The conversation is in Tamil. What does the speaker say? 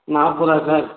நாற்பதா சார்